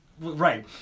right